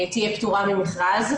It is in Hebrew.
תהיה פטורה ממכרז,